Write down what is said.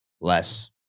less